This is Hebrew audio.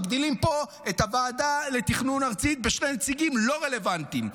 מגדילים פה את הוועדה הארצית לתכנון בשני נציגים לא רלוונטיים,